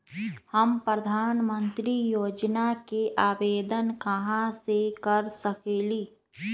हम प्रधानमंत्री योजना के आवेदन कहा से कर सकेली?